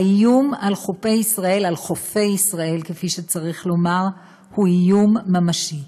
האיום על חופי ישראל הוא איום ממשי.